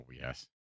Yes